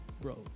bro